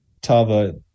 Tava